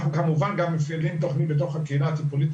אנחנו כמובן גם מפעילים תוכנית בתוך הקהילה הטיפולית,